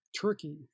Turkey